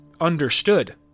understood